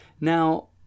Now